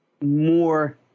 more